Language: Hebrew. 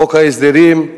בחוק ההסדרים,